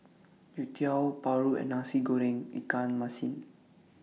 Youtiao Paru and Nasi Goreng Ikan Masin